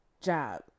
job